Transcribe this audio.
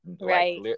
right